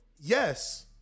Yes